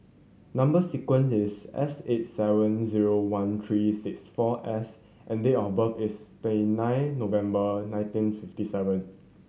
number sequence is S eight seven zero one three six four S and date of birth is twenty nine November nineteen fifty seven